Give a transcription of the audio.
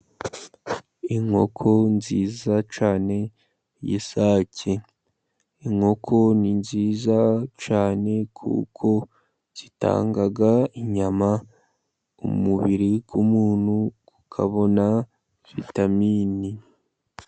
Inkoko nziza cyane y'isake. Inkoko ni nziza cyane, kuko zitanga inyama, umubiri w'umuntu ukabona vitamini.